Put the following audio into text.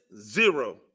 Zero